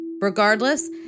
Regardless